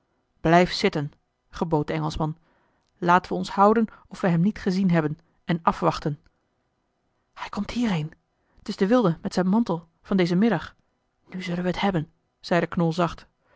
blijft zitten gebood de engelschman laten we ons houden of we hem niet gezien hebben en afwachten hij komt hierheen t is de wilde met zijn mantel van dezen middag nu zullen we het hebben zeide knol zacht